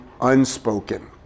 unspoken